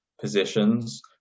positions